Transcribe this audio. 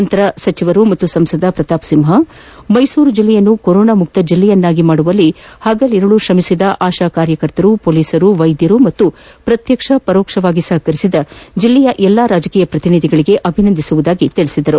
ನಂತರ ಸಚಿವರು ಮತ್ತು ಸಂಸದ ಪ್ರತಾಪ್ ಸಿಂಹ ಮೈಸೂರು ಜಿಲ್ಲೆಯನ್ನು ಕೊರೋನಾ ಮುಕ್ತ ಜಿಲ್ಲೆಯನ್ತಾಗಿ ಮಾಡುವಲ್ಲಿ ಹಗಲು ಇರುಳು ಶ್ರಮಿಸಿದ ಆಶಾ ಕಾರ್ಯಕರ್ತೆಯರು ಪೊಲೀಸರು ವೈದ್ಯರು ಮತ್ತು ಪ್ರತ್ಯಕ್ಷ ಮತ್ತು ಪರೋಕ್ಷವಾಗಿ ಸಹಕರಿಸಿದ ಜಿಲ್ಲೆಯ ಎಲ್ಲಾ ರಾಜಕೀಯ ಪ್ರತಿನಿಧಿಗಳಿಗೂ ಅಭಿನಂದನೆ ಸಲ್ಲಿಸುವುದಾಗಿ ಹೇಳಿದರು